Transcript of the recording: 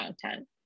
content